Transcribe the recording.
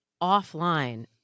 offline